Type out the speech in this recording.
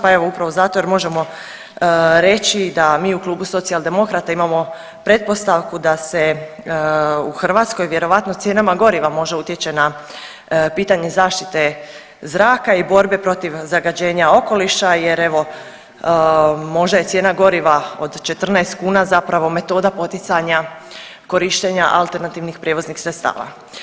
Pa evo upravo zato jer možemo reći da mi u Klubu Socijaldemokrata imamo pretpostavku da se u Hrvatskoj vjerojatno cijenama goriva možda utječe na pitanje zaštite zraka i borbe protiv zagađenja okoliša jer evo možda je cijena goriva od 14 kuna zapravo metoda poticanja korištenja alternativnih prijevoznih sredstava.